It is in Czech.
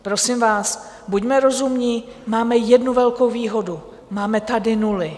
Prosím vás, buďme rozumní, máme jednu velkou výhodu, máme tady nuly.